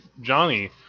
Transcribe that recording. Johnny